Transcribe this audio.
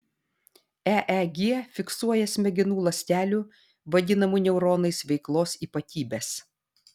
eeg fiksuoja smegenų ląstelių vadinamų neuronais veiklos ypatybes